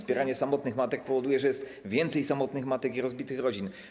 Wspieranie samotnych matek powoduje, że jest więcej samotnych matek i rozbitych rodzin.